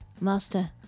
Master